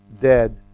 dead